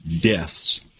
deaths